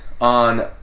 on